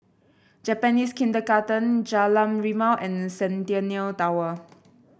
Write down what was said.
Japanese Kindergarten Jalan Rimau and Centennial Tower